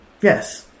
Yes